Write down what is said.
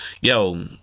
Yo